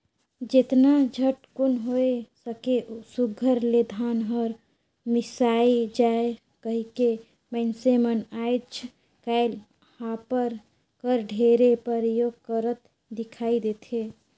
जेतना झटकुन होए सके सुग्घर ले धान हर मिसाए जाए कहिके मइनसे मन आएज काएल हापर कर ढेरे परियोग करत दिखई देथे